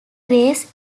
race